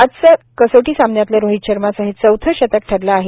आजचं कसोटी सामन्यातलं रोहित शर्माचं हे चौथं शतक ठरलं आहे